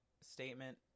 statement